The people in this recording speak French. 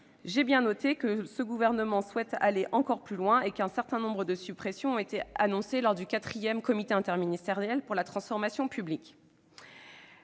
J'ai bien noté que ce gouvernement entend aller encore plus loin : un certain nombre de suppressions ont été annoncées lors du quatrième comité interministériel de la transformation publique.